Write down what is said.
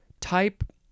type